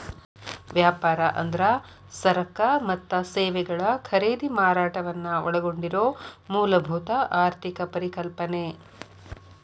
ವ್ಯಾಪಾರ ಅಂದ್ರ ಸರಕ ಮತ್ತ ಸೇವೆಗಳ ಖರೇದಿ ಮಾರಾಟವನ್ನ ಒಳಗೊಂಡಿರೊ ಮೂಲಭೂತ ಆರ್ಥಿಕ ಪರಿಕಲ್ಪನೆ